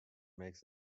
makes